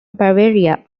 bavaria